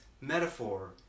metaphor